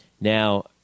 Now